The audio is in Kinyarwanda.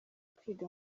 kwiga